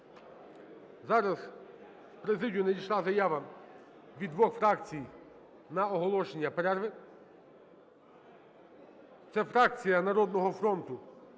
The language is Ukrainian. Зараз в президію надійшла заява від двох фракцій на оголошення перерви – це фракції "Народного фронту"